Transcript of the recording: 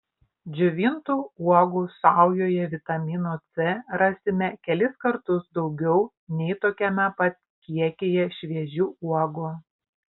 džiovintų uogų saujoje vitamino c rasime kelis kartus daugiau nei tokiame pat kiekyje šviežių uogų